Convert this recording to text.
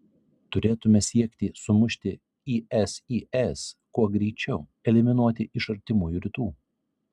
turėtumėme siekti sumušti isis kuo greičiau eliminuoti iš artimųjų rytų